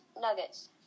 nuggets